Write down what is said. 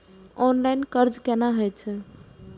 Online कर्ज केना होई छै?